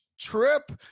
trip